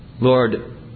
Lord